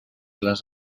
les